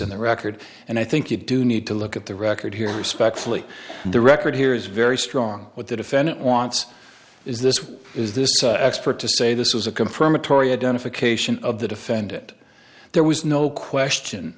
in the record and i think you do need to look at the record here respectfully the record here is very strong what the defendant wants is this is this expert to say this was a confirmatory identification of the defendant there was no question